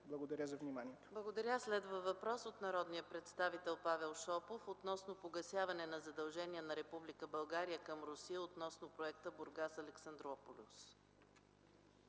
Благодаря за вниманието.